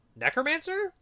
necromancer